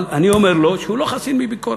אבל אני אומר לו שהוא לא חסין מביקורת.